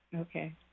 Okay